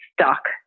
stuck